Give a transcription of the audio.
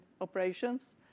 operations